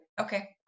Okay